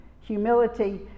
Humility